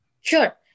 Sure